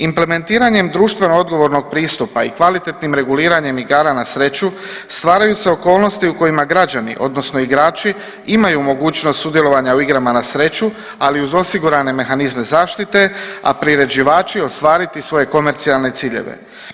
Implementiranjem društveno odgovornog pristupa i kvalitetnim reguliranjem igara na sreću stvaraju se okolnosti u kojima se građani odnosno igrači imaju mogućnost sudjelovanja u igrama na sreću, ali uz osigurane mehanizme zaštite, a priređivači ostvariti svoje komercijalne ciljeve.